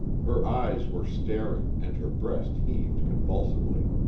her eyes were staring and her breast heaved convulsively.